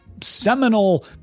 seminal